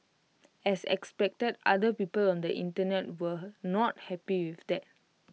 as expected other people on the Internet were not happy with that